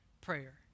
prayer